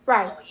Right